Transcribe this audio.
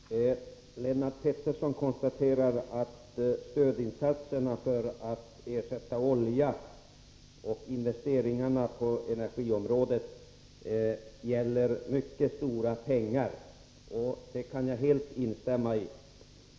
Herr talman! Lennart Pettersson konstaterar att stödinsatserna för att ersätta oljan och investeringarna på energiområdet gäller mycket stora pengar. Det kan jag helt instämma i.